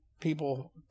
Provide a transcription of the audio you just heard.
people